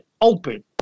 open